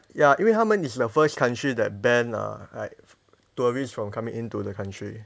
ya 因为他们 is the first country that ban uh like tourist from coming in to the country